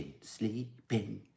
sleeping